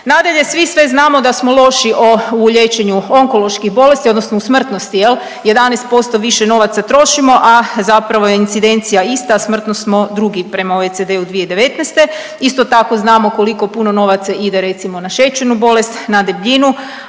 Nadalje, svi sve znamo da smo loši u liječenju onkoloških bolesti odnosno u smrtnosti 11% više novaca trošimo, a zapravo incidencija ista, a smrtno smo drugi prema OECD-u 2019., isto tako znamo koliko puno novaca ide recimo na šećernu bolest, na debljinu,